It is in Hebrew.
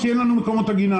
כי אין לנו מקומות עגינה.